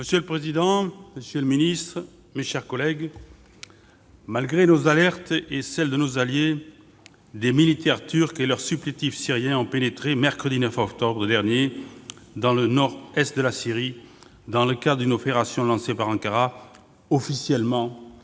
Monsieur le président, monsieur le secrétaire d'État, mes chers collègues, malgré nos alertes et celles de nos alliés, des militaires turcs et leurs supplétifs syriens ont pénétré, mercredi 9 octobre dernier, dans le nord-est de la Syrie dans le cadre d'une offensive lancée par Ankara pour, officiellement,